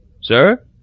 Sir